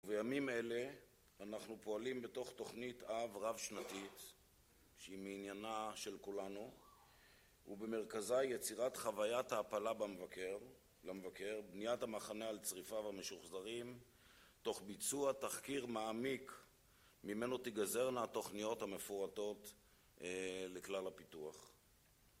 בימים אלה אנחנו פועלים בתוך תוכנית רב רב-שנתית שהיא מעניינה של כולנו ובמרכזה היא יצירת חוויית ההעפלה למבקר, בניית המחנה על צריפיו המשוחזרים תוך ביצוע תחקיר מעמיק ממנו תיגזרנה התוכניות המפורטות לכלל הפיתוח